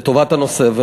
לטובת הנושא,